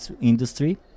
industry